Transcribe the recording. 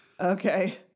Okay